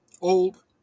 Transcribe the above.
old